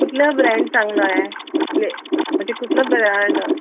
कुठला ब्रँड चांगला आहे ते कुठला ब्रँड